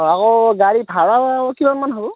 আকৌ গাড়ী ভাৰা কিমানমান হ'ব